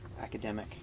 academic